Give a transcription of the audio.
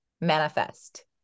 manifest